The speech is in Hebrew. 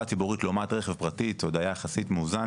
ציבורית לעומת רכב פרטי עוד היה יחסית מאוזן,